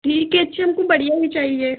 ठीक है अच्छा हमको बढ़िया ही चाहिए